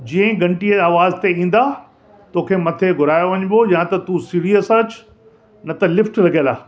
जीअं ई घंटीअ आवाज़ ते ईंदा तोखे मथे घुरायो वञिबो या त तूं सीड़ीअ सां अचु न त लिफ़्ट लॻियुल आहे